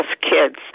kids